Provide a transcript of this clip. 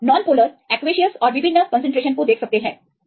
तो आप इस नॉन पोलर को एक्वेशियसऔर विभिन्न कंसंट्रेशन में देख सकते हैं